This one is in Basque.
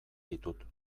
ditut